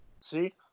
See